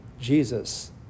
Jesus